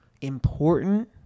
important